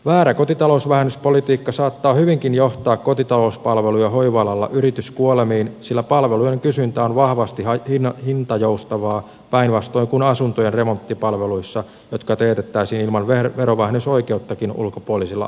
väärä kotitalousvähennyspolitiikka saattaa hyvinkin johtaa kotitalouspalvelu ja hoiva alalla yrityskuolemiin sillä palvelujen kysyntä on vahvasti hintajoustavaa päinvastoin kuin asuntojen remonttipalveluissa jotka teetettäisiin ilman verovähennysoikeuttakin ulkopuolisilla ammattiosaajilla